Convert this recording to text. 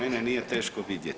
Mene nije teško vidjeti.